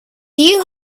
you